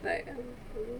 like